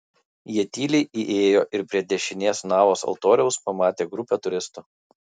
jie tyliai įėjo ir prie dešinės navos altoriaus pamatė grupę turistų